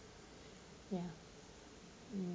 ya mm